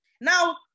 Now